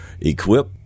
Equip